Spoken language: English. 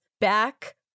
back